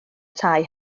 tai